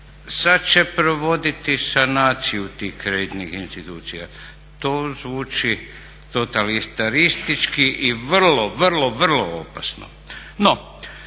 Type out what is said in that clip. sada će provoditi sanaciju tih kreditnih institucija. To zvuči totalitaristički i vrlo, vrlo, vrlo opasno.